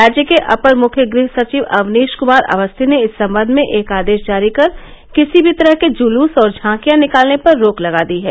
राज्य के अपर मुख्य गृह सचिव अवनीश क्मार अवस्थी ने इस सबंध में एक आदेश जारी कर किसी भी तरह के जुलूस और झांकियां निकालने पर रोक लगा दी है